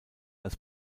als